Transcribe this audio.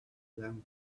them